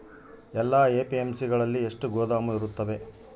ಎಲ್ಲಾ ಎ.ಪಿ.ಎಮ್.ಸಿ ಗಳಲ್ಲಿ ಎಷ್ಟು ಗೋದಾಮು ಇರುತ್ತವೆ?